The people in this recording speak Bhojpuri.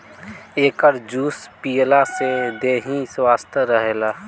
एकर जूस पियला से देहि स्वस्थ्य रहेला